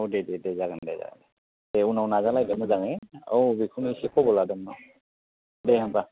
औ दे दे दे जागोन दे जागोन दे उनाव नाजालायदो मोजाङै औ बेखौनो एसे खबर लादोंमोन दे होमब्ला